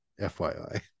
FYI